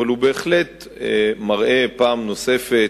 אבל הוא בהחלט מראה פעם נוספת,